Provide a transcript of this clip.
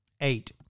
Eight